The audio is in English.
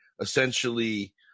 essentially